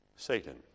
Satan